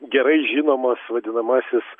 gerai žinomas vadinamasis